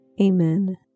Amen